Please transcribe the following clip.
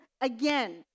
again